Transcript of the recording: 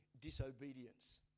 disobedience